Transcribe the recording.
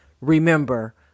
Remember